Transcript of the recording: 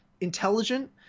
intelligent